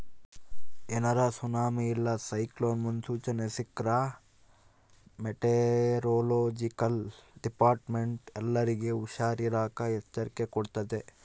ಏನಾರ ಸುನಾಮಿ ಇಲ್ಲ ಸೈಕ್ಲೋನ್ ಮುನ್ಸೂಚನೆ ಸಿಕ್ರ್ಕ ಮೆಟೆರೊಲೊಜಿಕಲ್ ಡಿಪಾರ್ಟ್ಮೆಂಟ್ನ ಎಲ್ಲರ್ಗೆ ಹುಷಾರಿರಾಕ ಎಚ್ಚರಿಕೆ ಕೊಡ್ತತೆ